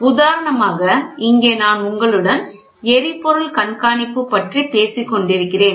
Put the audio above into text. உதாரணமாக இங்கே நான் உங்களுடன் எரிபொருள் கண்காணிப்பு பற்றி பேசிக் கொண்டிருக்கிறேன்